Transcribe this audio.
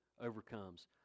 overcomes